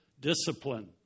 discipline